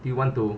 do you want to